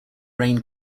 rain